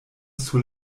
sur